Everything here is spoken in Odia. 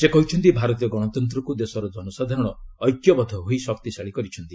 ସେ କହିଛନ୍ତି ଭାରତୀୟ ଗଣତନ୍ତ୍ରକୁ ଦେଶର ଜନସାଧାରଣ ଐକ୍ୟବଦ୍ଧ ହୋଇ ଶକ୍ତିଶାଳୀ କହିଛନ୍ତି